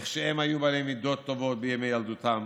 איך שהם היו בעלי מידות טובות בימי ילדותם